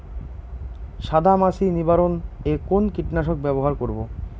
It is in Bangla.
সাদা মাছি নিবারণ এ কোন কীটনাশক ব্যবহার করব?